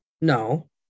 No